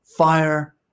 fire